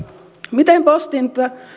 miten postin